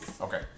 Okay